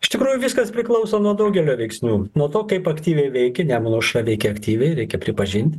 iš tikrųjų viskas priklauso nuo daugelio veiksnių nuo to kaip aktyviai veikė nemuno aušra veikė aktyviai reikia pripažint